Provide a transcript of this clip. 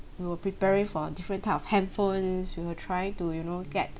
we were preparing for different type of handphones we were trying to you know get